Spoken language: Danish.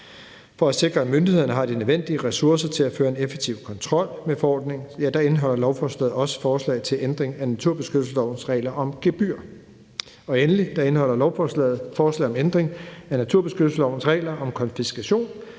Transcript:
For at sikre, at myndighederne har de nødvendige ressourcer til at føre en effektiv kontrol med forordningen, indeholder lovforslaget også forslag om ændring af naturbeskyttelseslovens regler om gebyr. Og endelig indeholder lovforslaget forslag om ændring af naturbeskyttelseslovens regler om konfiskation,